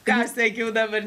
ką aš sakiau dabar